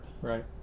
Right